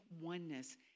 oneness